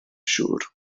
siŵr